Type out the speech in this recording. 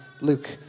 Luke